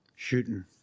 shooting